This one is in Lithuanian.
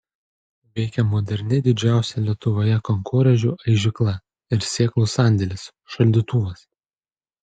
veikia moderni didžiausia lietuvoje kankorėžių aižykla ir sėklų sandėlis šaldytuvas